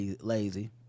lazy